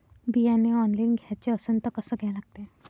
बियाने ऑनलाइन घ्याचे असन त कसं घ्या लागते?